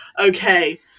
Okay